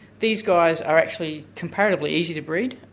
these guys are actually comparably easy to breed.